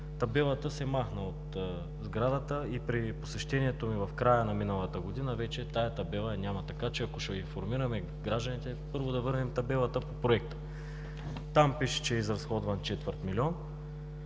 табелата се махна от сградата и при посещението ми в края на миналата година, тази табела я няма. Така че, ако ще информираме гражданите, първо, да върнем табелата по Проекта. Там пише, че е изразходван четвърт милион.